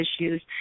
issues